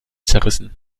zerrissen